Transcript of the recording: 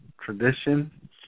tradition